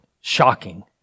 shocking